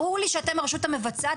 ברור לי שאתם הרשות המבצעת,